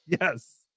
yes